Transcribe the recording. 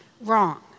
wrong